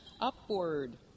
upward